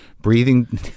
breathing